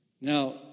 Now